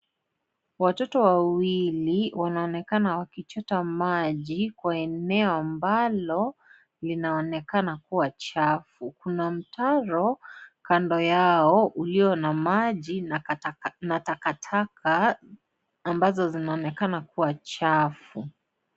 Watoto wawili wanaonekana wakichota maji kwa eneo ambalo linaonekana kuwa chafu, kuna mtaro kando yao uliyo na maji na takataka ambazo zinaoneka kuwa chafu.